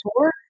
tour